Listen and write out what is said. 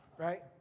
Right